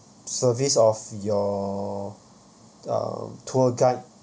service of your uh tour guide